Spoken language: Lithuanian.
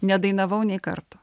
nedainavau nei karto